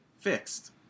fixed